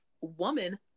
woman